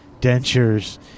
dentures